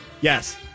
Yes